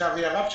לצערי הרב,